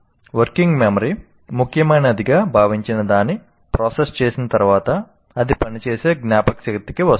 working memory ముఖ్యమైనదిగా భావించిన దాన్ని ప్రాసెస్ చేసిన తర్వాత అది పని చేసే జ్ఞాపకశక్తికి వస్తుంది